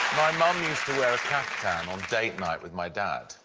my mum used to wear a kaftan on date night with my dad.